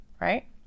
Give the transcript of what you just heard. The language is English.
right